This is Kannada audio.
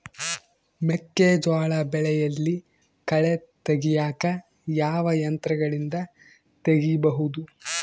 ಮೆಕ್ಕೆಜೋಳ ಬೆಳೆಯಲ್ಲಿ ಕಳೆ ತೆಗಿಯಾಕ ಯಾವ ಯಂತ್ರಗಳಿಂದ ತೆಗಿಬಹುದು?